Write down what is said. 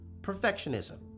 Perfectionism